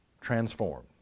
Transform